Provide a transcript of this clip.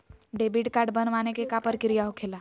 Debit card बनवाने के का प्रक्रिया होखेला?